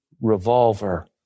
revolver